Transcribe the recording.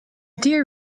dear